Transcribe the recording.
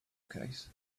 case